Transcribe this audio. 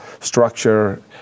structure